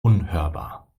unhörbar